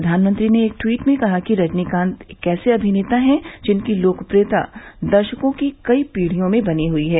प्रधानमंत्री ने एक ट्वीट में कहा कि रजनीकांत ऐसे अभिनेता हैं जिनकी लोकप्रियता दर्शकों की कई पीढियों में बनी हुई है